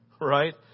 right